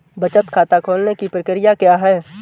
बचत खाता खोलने की प्रक्रिया क्या है?